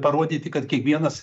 parodyti kad kiekvienas